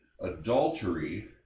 adultery